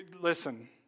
Listen